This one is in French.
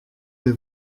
mes